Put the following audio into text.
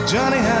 Johnny